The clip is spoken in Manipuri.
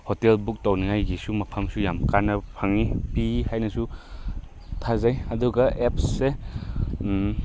ꯍꯣꯇꯦꯜ ꯕꯨꯛ ꯇꯧꯅꯤꯡꯉꯥꯏꯒꯤꯁꯨ ꯃꯐꯝꯁꯨ ꯌꯥꯝ ꯀꯥꯟꯅꯕ ꯐꯪꯏ ꯄꯤ ꯍꯥꯏꯅꯁꯨ ꯊꯥꯖꯩ ꯑꯗꯨꯒ ꯑꯦꯞꯁꯦ